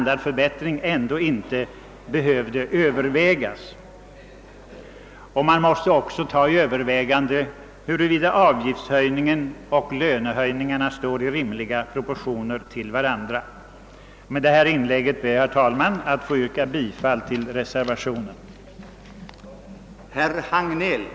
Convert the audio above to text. Det måste också övervägas huruvida avgiftshöjningen och lönehöjningarna står i rimliga proportioner till varandra. Herr talman! Med det anförda ber jag att få yrka bifall till reservationen 1 av herr Åkerlund m.fl.